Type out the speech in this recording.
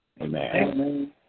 Amen